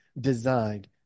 designed